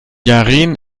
yaren